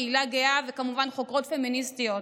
קהילה גאה וכמובן חוקרות פמיניסטיות.